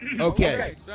Okay